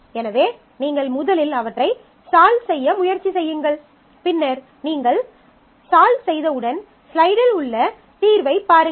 எனவே நீங்கள் முதலில் அவற்றைத் சால்வ் செய்ய முயற்சி செய்யுங்கள் அவற்றை நீங்கள் சால்வ் செய்தவுடன் ஸ்லைடில் உள்ள தீர்வைப் பாருங்கள்